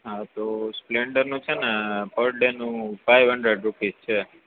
હા તો સ્પ્લેન્ડર નું છે ને પર ડે નું ફાઇવ હંડ્રેટ રૂપીઝ છે